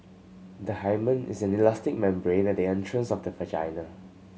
the hymen is an elastic membrane at the entrance of the vagina